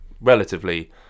relatively